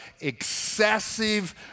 excessive